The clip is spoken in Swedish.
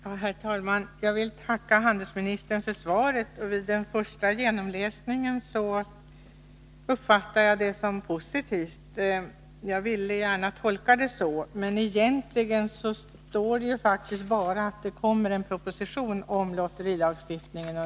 Herr talman! Jag vill tacka handelsministern för svaret på min fråga. Vid den första genomläsningen uppfattade jag det som positivt, eftersom jag gärna ville tolka det så. Men egentligen står det där bara att det under våren skall komma en proposition om lotterilagstiftningen.